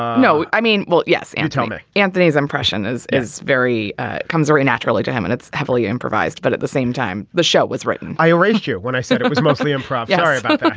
no i mean well yes. antonia antony's impression is is very it ah comes very naturally to him and it's heavily improvised but at the same time the show was written i arranged you. when i said it was mostly improv. yeah all right. but